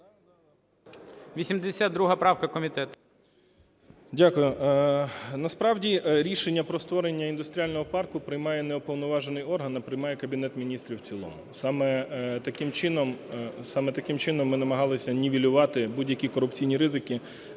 Дякую. Насправді, рішення про створення індустріального парку приймає не уповноважений орган, а приймає Кабінет Міністрів в цілому. Саме таким чином ми намагалися нівелювати будь-які корупційні ризики,